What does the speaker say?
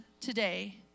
today